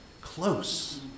close